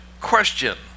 question